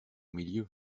milieu